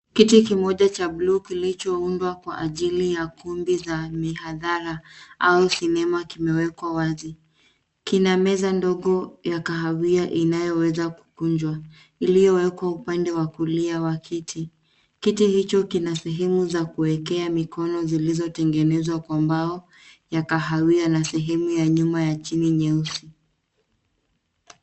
Kiti kimoja cha blue kilichoundwa kwa ajili ya kumbi za mihadhara au sinema, kimewekwa wazi. Kina meza ndogo ya kahawia inayoweza kukunjwa iliyowekwa upande wa kulia wa kiti. Kiti hicho kina sehemu za kuwekea mikono zilizotengenezwa kwa mbao ya kahawia na sehemu ya nyuma ya chini nyeusi.